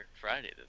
Friday